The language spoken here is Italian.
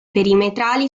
perimetrali